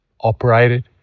operated